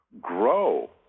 grow